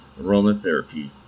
aromatherapy